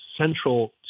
central